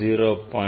1 0